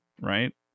Right